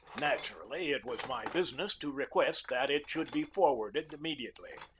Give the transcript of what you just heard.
naturally it was my business to request that it should be forwarded immediately.